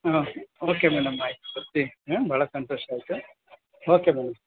ಹ್ಞೂ okay madam ಆಯ್ತು ಬರ್ತೀನಿ ಹಾಂ ಭಾಳ ಸಂತೋಷ ಆಯಿತು ಓಕೆ ಮೇಡಮ್ ಓಕೆ